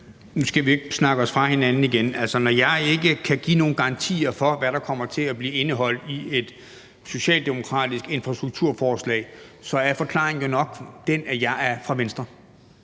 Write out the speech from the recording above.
Nu skal vi jo ikke snakke os fra hinanden igen. Når jeg ikke kan give nogen garantier for, hvad der kommer til at blive indeholdt i et socialdemokratisk infrastrukturforslag, er forklaringen jo nok den, at jeg er fra Venstre,